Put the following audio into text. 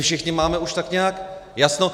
Všichni už máme tak nějak jasno.